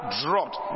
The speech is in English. dropped